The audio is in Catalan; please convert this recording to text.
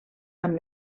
amb